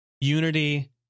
Unity